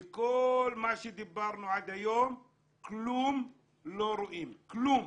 מכל מה שדיברנו עד היום כלום לא רואים, כלום.